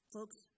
Folks